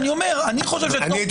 אבל אני אומר שתוך כמה שנים --- במקום